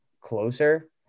closer